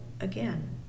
again